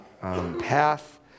path